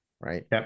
Right